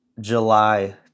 July